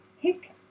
pick